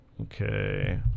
okay